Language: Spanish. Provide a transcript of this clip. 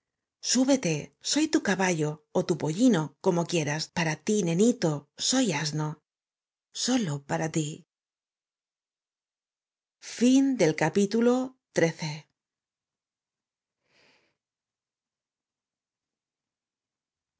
o y tu caballo ó tu pollino c o m o q u i e r a s para t i nenito soy asno sólo para ti